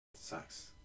sucks